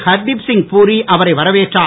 ஹர்தீப் சிங் பூரி அவரை வரவேற்றார்